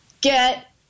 get